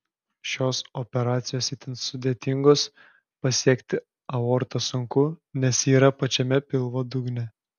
šios operacijos itin sudėtingos pasiekti aortą sunku nes ji yra pačiame pilvo dugne